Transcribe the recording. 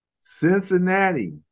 Cincinnati